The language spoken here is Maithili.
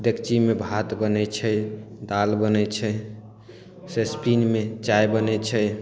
डेगचीमे भात बनय छै दालि बनय छै सॉसपेनमे चाय बनय छै